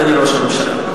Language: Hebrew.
אדוני ראש הממשלה.